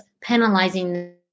penalizing